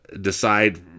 decide